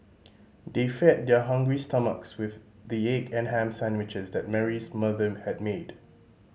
they fed their hungry stomachs with the egg and ham sandwiches that Mary's mother had made